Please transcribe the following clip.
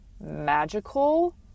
magical